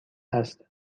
است